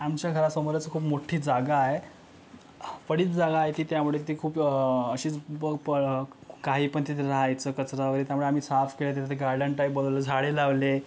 आमच्या घरासमोरच खूप मोठ्ठी जागा आहे पडीत जागा आहे ती त्यामुळे ती खूप अशीच बपळ काही पण तिथे राहायचं कचरा वगैरे त्यामुळे आम्ही साफ केलं तिथं ते गार्डन टाईप बनवलं झाडे लावले